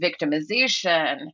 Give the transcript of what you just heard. victimization